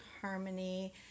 harmony